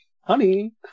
honey